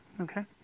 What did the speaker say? Okay